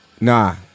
nah